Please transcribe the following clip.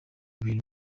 bintu